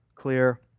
clear